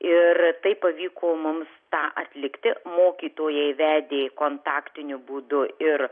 ir tai pavyko mums tą atlikti mokytojai vedė kontaktiniu būdu ir